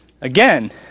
again